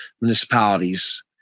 municipalities